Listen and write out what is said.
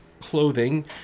Clothing